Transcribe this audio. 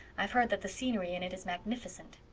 i've heard that the scenery in it is magnificent.